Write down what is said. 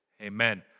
Amen